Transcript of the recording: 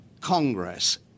Congress